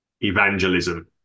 evangelism